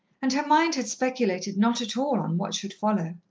and her mind had speculated not at all on what should follow.